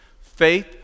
Faith